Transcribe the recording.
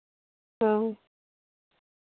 ᱦᱮᱸ